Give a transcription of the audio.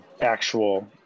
actual